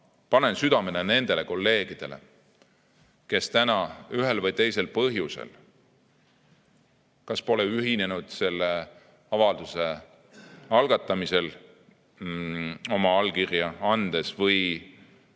kontekstis. Nendele kolleegidele, kes täna ühel või teisel põhjusel kas pole ühinenud selle avalduse algatamisega oma allkirja andes, või